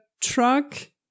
truck